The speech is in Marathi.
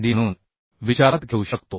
5Dम्हणून विचारात घेऊ शकतो